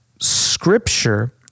scripture